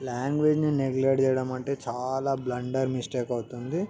లాంగ్వేజ్ని neglect చేయడం అంటే చాలా బ్లండర్ మిస్టేక్ అవుతుంది